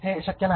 हे शक्य नाही